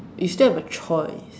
you still have a choice